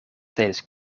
tijdens